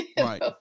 right